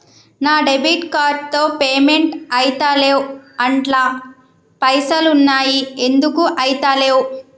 నా debit card తో payment ఐతలేవ్ అండ్ల పైసల్ ఉన్నయి ఎందుకు ఐతలేవ్?